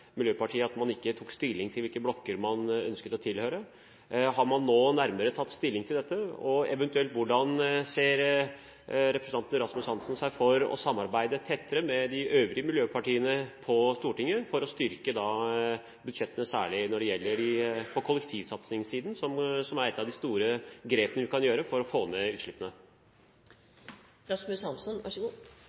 Miljøpartiet De Grønne at man ikke tok stilling til hvilke blokker man ønsket å tilhøre. Har man nå tatt nærmere stilling til dette? Og eventuelt hvordan ser representanten for seg å samarbeide tettere med de øvrige miljøpartiene på Stortinget for å styrke budsjettet, særlig på kollektivsatsingssiden, som er et av de store grepene vi kan gjøre for å få ned utslippene?